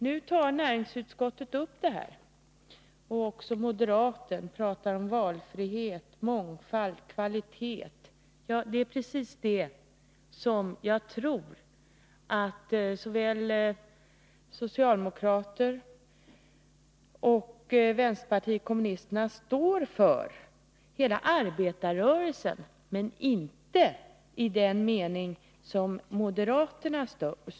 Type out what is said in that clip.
Nu tar näringsutskottet upp frågan, och även moderaten talar om valfrihet, mångfald, kvalitet. Det är precis det som jag tror att såväl socialdemokraterna som kommunisterna står för, ja hela arbetarrörelsen, men inte i samma mening som moderaterna.